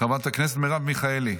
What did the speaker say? חברת הכנסת מרב מיכאלי,